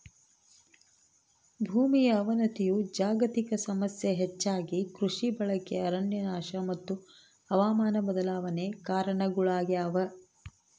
ಭೂಮಿಯ ಅವನತಿಯು ಜಾಗತಿಕ ಸಮಸ್ಯೆ ಹೆಚ್ಚಾಗಿ ಕೃಷಿ ಬಳಕೆ ಅರಣ್ಯನಾಶ ಮತ್ತು ಹವಾಮಾನ ಬದಲಾವಣೆ ಕಾರಣಗುಳಾಗ್ಯವ